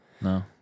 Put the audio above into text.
No